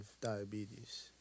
diabetes